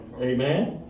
Amen